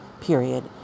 period